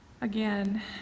again